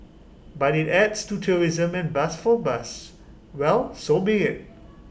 but IT adds to tourism and buzz for buzz well so be IT